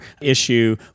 issue